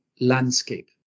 landscape